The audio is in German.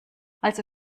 also